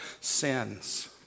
sins